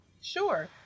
Sure